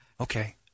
Okay